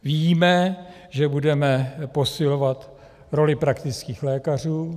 Víme, že budeme posilovat roli praktických lékařů.